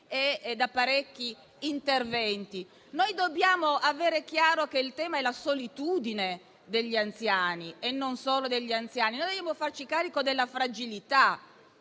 da parecchi attori e interventi. Dobbiamo avere chiaro che il tema è la solitudine degli anziani, e non solo degli anziani. Dobbiamo farci carico della fragilità.